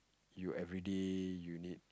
you everyday you need